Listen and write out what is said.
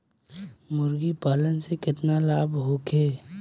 मुर्गीपालन से केतना लाभ होखे?